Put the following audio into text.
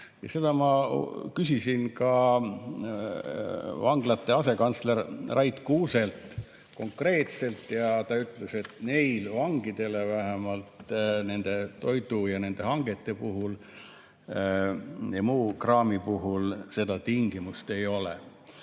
Seda ma küsisin ka vanglate asekantslerilt Rait Kuuselt konkreetselt ja ta ütles, et neil vangide kohta vähemalt toidu ja nende hangete puhul, muu kraami puhul seda tingimust ei ole.